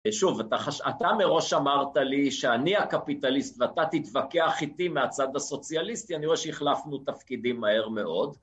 שוב, אתה מראש אמרת לי שאני הקפיטליסט ואתה תתווכח איתי מהצד הסוציאליסטי, אני רואה שהחלפנו תפקידים מהר מאוד.